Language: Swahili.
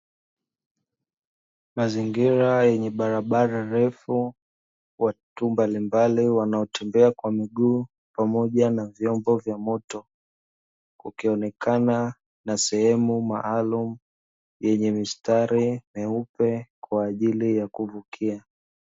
Mazingira yenye barabara refu, watu mbalimbali wanaotembea kwa miguu, pamoja na vyombo vya moto, kukionekana na sehemu maalumu yenye mistari meupe kwa ajili ya kuvukia.